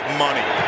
money